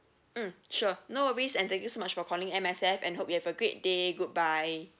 mm sure no worries and thank you so much for calling M_S_F and hope you have a great day goodbye